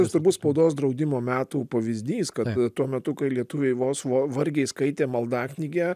turbūt spaudos draudimo metų pavyzdys kad tuo metu kai lietuviai vos vo vargiai skaitė maldaknygę